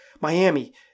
Miami